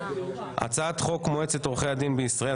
הצעת חוק מועצת עורכי הדין בישראל,